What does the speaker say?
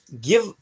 give